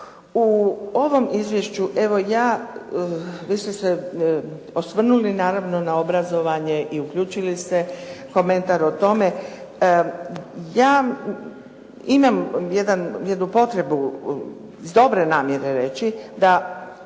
U ovom izvješću vi ste se osvrnuli naravno na obrazovanje i uključili svoj komentar o tome. Ja imam jednu potrebu iz dobre namjere reći, da